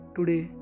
Today